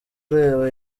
ureba